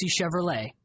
Chevrolet